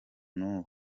n’ubu